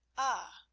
ah!